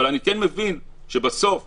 אבל אני כן מבין במי זה בסוף פוגע.